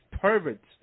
perverts